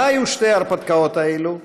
מה היו שתי ההרפתקאות האלה,